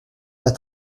pas